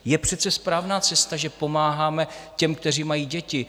Je přece správná cesta, že pomáháme těm, kteří mají děti.